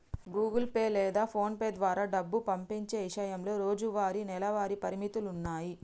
Google pay లేదా PhonePe ద్వారా డబ్బు పంపించే ఇషయంలో రోజువారీ, నెలవారీ పరిమితులున్నాయి